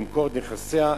למכור את נכסיה,